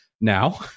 Now